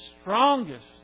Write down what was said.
strongest